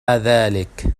ذلك